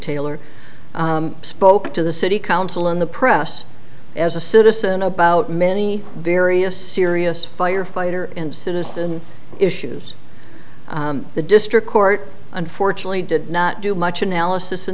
taylor spoke to the city council and the press as a citizen about many various serious firefighter and citizen issues the district court unfortunately did not do much analysis in